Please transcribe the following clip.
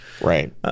Right